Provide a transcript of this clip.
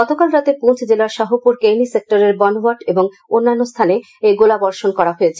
গতকাল রাতে পুঞ্চ জেলার শাহপুর কের্নি সেক্টরের বনওয়াট এবং অন্যান্য স্থানে এই গোলাবর্ষণ করা হয়েছে